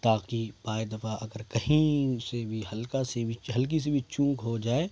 تا کہ بائی دفعہ وے اگر کہیں سے بھی ہلکا سی بھی ہلکی سی بھی چوک ہو جائے تو